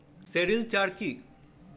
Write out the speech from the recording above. Sericulture কি?